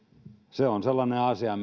se on sellainen asia